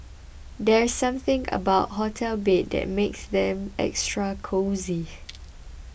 there's something about hotel beds that makes them extra cosy